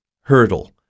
hurdle